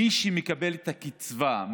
מי שמקבל את הקצבה,